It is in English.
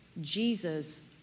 Jesus